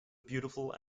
beautiful